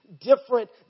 different